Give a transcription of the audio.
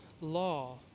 law